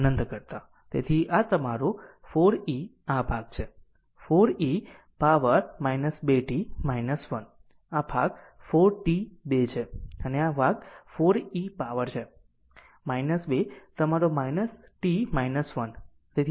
તેથી આ તમારું 4 e આ ભાગ છે 4 e પાવર 2 t 1 આ ભાગ 4 t 2 છે અને આ ભાગ 4 e પાવર છે 2 તમારો t 1